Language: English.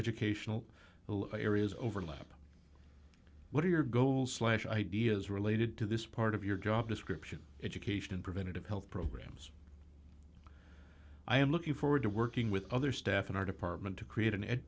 educational areas overlap what are your goals slash ideas related to this part of your job description education preventative health programs i am looking forward to working with other staff in our department to create an